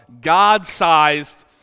God-sized